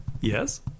Yes